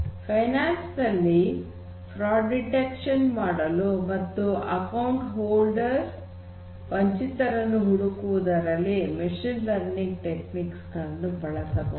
ಹಣಕಾಸು fraud detection ಮಾಡಲು ಮತ್ತು ಅಕೌಂಟ್ ಹೋಲ್ಡರ್ ವಂಚಿತರ ರನ್ನು ಹುಡುಕುವುದಲ್ಲಿ ಐ ಐ ಓ ಟಿ ಮತ್ತುಮಷೀನ್ ಲರ್ನಿಂಗ್ ಟೆಕ್ನಿಕ್ಸ್ ಗಳನ್ನು ಬಳಸಬಹುದು